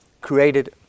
created